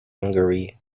hungary